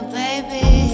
baby